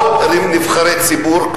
עוד נבחרי ציבור,